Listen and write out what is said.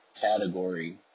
Category